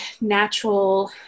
natural